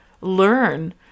learn